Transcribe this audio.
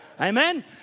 Amen